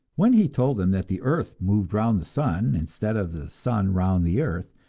when he told them that the earth moved round the sun instead of the sun round the earth,